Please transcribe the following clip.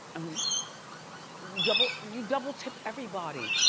um you double you double tip everybody.